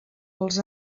els